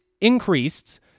increased